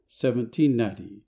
1790